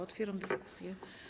Otwieram dyskusję.